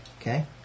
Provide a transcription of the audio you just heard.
okay